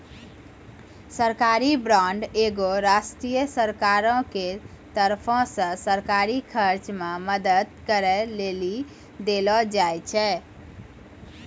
सरकारी बांड एगो राष्ट्रीय सरकारो के तरफो से सरकारी खर्च मे मदद करै लेली देलो जाय छै